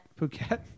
Phuket